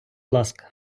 ласка